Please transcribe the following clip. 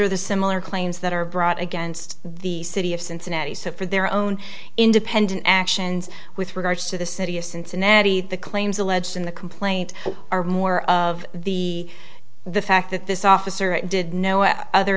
are the similar claims that are brought against the city of cincinnati so for their own independent actions with regards to the city of cincinnati the claims alleged in the complaint are more of the the fact that this officer did know and other